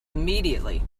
immediately